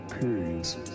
periods